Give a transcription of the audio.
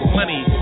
money